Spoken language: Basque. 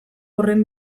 horren